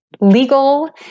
legal